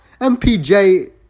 MPJ